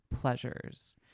pleasures